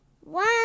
one